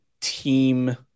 team